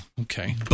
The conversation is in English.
okay